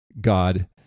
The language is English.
God